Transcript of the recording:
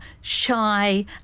shy